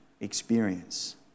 experience